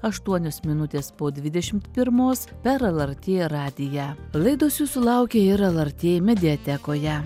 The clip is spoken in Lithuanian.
aštuonios minutės po dvidešimt pirmos per lrt radiją laidos jūsų laukia ir lrt mediatekoje